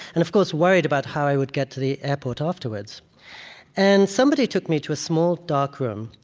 and of course, worried about how i would get to the airport afterwards and somebody took me to a small, dark room,